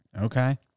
Okay